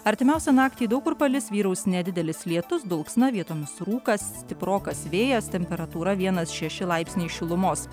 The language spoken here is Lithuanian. artimiausią naktį daug kur palis vyraus nedidelis lietus dulksna vietomis rūkas stiprokas vėjas temperatūra vienas šeši laipsniai šilumos